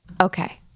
Okay